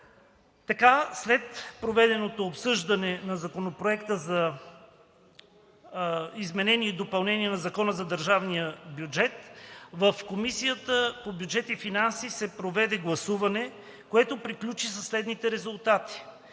След проведеното обсъждане на Законопроекта за изменение и допълнение на Закона за държавния бюджет в Комисията по бюджет и финанси се проведе гласуване, което приключи при следните резултати: